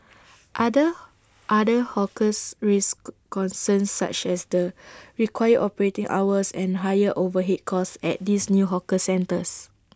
other other hawkers raised concerns such as the required operating hours and higher overhead costs at these new hawker centres